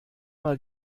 mal